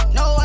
no